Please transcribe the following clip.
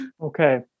Okay